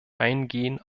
eingehen